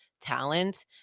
talent